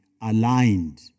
aligned